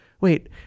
Wait